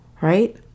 right